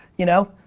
you know?